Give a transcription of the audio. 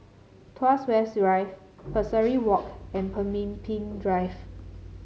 Tuas West Drive Pesari Walk and Pemimpin Drive